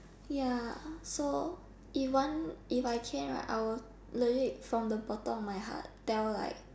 ya so even if I can right I will legit from the bottom of my heart tell like